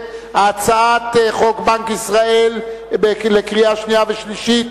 הצעת חוק בנק ישראל לקריאה שנייה ושלישית,